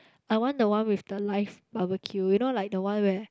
I want the one with the live barbeque you know like the one where